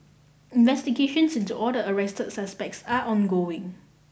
investigations into all the arrested suspects are ongoing